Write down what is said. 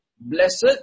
blessed